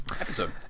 episode